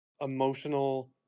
emotional